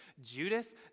Judas